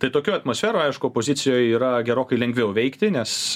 tai tokioj atmosferoj aišku opozicijoj yra gerokai lengviau veikti nes